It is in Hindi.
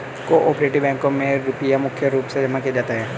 को आपरेटिव बैंकों मे रुपया मुख्य रूप से जमा किया जाता है